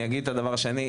אני אגיד את הדבר השני,